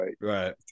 Right